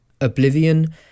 Oblivion